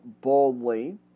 boldly